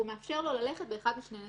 הוא מאפשר לו ללכת באחד משני נתיבים.